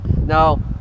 Now